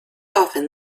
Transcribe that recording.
often